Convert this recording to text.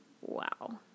wow